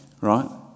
Right